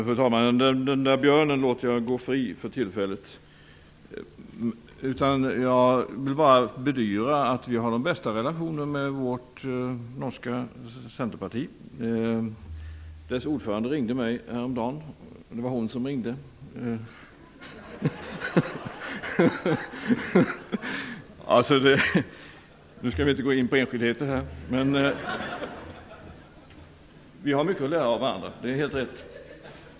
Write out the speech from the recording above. Fru talman! Den där björnen låter jag för tillfället gå fri. Jag vill bara bedyra att vi har de bästa relationer med det norska Senterpartiet. Partiets ordförande ringde mig häromdagen - det var hon som ringde, men nu skall vi inte gå in på enskildheter - och vi har mycket att lära av varandra; det är helt rätt.